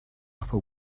upper